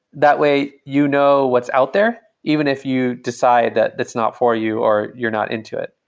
that way, you know what's out there even if you decide that it's not for you or you're not into it.